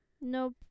Nope